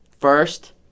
first